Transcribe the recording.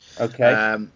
Okay